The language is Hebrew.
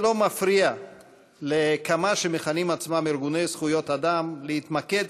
זה לא מפריע לכמה שמכנים עצמם "ארגוני זכויות אדם" להתמקד,